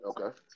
Okay